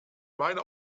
meine